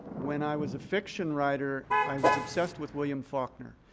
when i was a fiction writer, i was obsessed with william faulkner.